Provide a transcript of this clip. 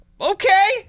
Okay